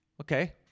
Okay